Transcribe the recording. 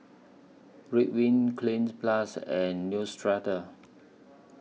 Ridwind Cleanz Plus and Neostrata